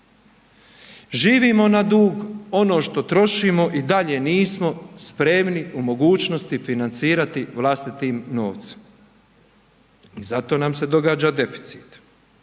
Živimo na dug, ono što trošimo i dalje nismo spremni u mogućnosti financirati vlastitim novcem i zato nam se događa deficit.